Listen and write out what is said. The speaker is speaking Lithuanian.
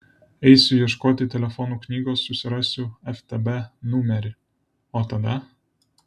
eisiu ieškoti telefonų knygos susirasiu ftb numerį o tada